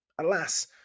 Alas